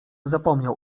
zapomniał